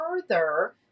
further